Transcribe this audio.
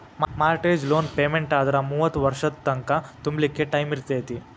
mortgage loan ಪೆಮೆನ್ಟಾದ್ರ ಮೂವತ್ತ್ ವರ್ಷದ್ ತಂಕಾ ತುಂಬ್ಲಿಕ್ಕೆ ಟೈಮಿರ್ತೇತಿ